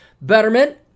Betterment